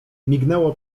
mignęło